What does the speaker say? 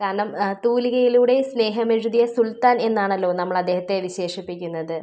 കാരണം തൂലികയിലൂടെ സ്നേഹം എഴുതിയ സുൽത്താൻ എന്നാണല്ലോ നമ്മൾ അദ്ദേഹത്തെ വിശേഷിപ്പിക്കുന്നത്